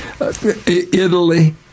Italy